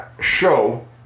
show